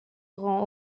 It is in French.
rend